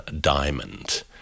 Diamond